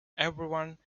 everyone